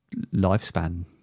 lifespan